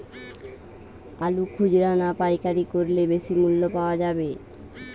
আলু খুচরা না পাইকারি করলে বেশি মূল্য পাওয়া যাবে?